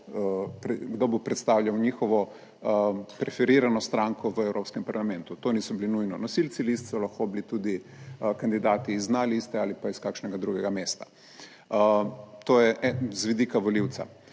kdo bo predstavljal njihovo preferirano stranko v Evropskem parlamentu. To niso bili nujno nosilci list so lahko bili tudi kandidati iz A liste ali pa iz kakšnega drugega mesta, to je z vidika volivca.